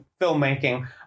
filmmaking